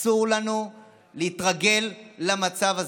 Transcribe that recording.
אסור לנו להתרגל למצב הזה.